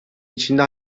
içinde